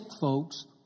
folks